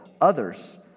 others